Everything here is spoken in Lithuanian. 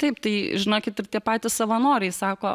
taip tai žinokit ir tie patys savanoriai sako